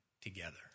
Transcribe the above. together